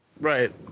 Right